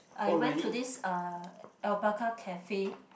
I went to this uh alpaca cafe